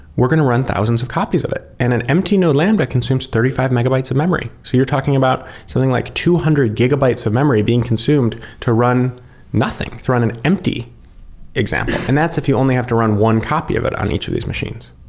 we're going to run thousands of copies of it. and an empty no lambda consumes thirty five mb like of memory. so you're talking about something like two hundred gb ah so of memory being consumed to run nothing, to run an empty example, and that's if you only have to run one copy of it on each of these machines.